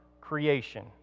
creation